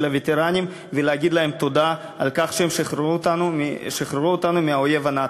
הווטרנים ולהגיד להם תודה על כך שהם שחררו אותנו מהאויב הנאצי.